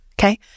okay